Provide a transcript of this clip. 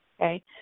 okay